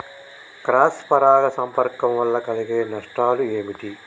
Cross పరాగ సంపర్కం వల్ల కలిగే నష్టాలు ఏమిటి?